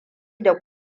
da